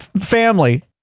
family